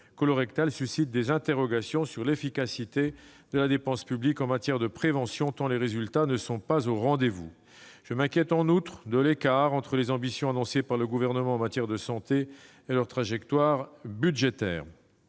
colorectal suscitent des interrogations sur l'efficacité de la dépense publique en matière de prévention, tant les résultats ne sont pas au rendez-vous. Je m'inquiète, en outre, de l'écart entre les ambitions annoncées par le Gouvernement en matière de santé et leur trajectoire budgétaire.